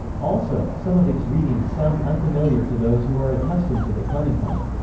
also, some of its readings sound unfamiliar to those who are accustomed to the clementine.